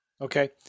Okay